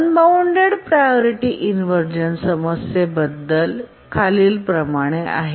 unbounded priority inversion समस्ये बद्दल खालीलप्रमाणे आहे